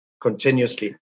continuously